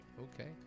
Okay